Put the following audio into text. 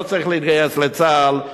לא צריך להתגייס לצה"ל,